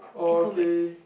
orh okay